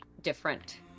different